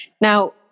Now